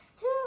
two